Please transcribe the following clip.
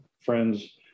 Friends